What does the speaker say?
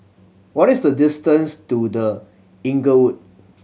what is the distance to The Inglewood